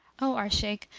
o our shaykh,